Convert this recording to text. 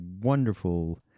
wonderful